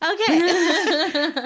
Okay